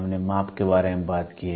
हमने माप के बारे में बात की है